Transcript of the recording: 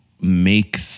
make